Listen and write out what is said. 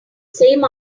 same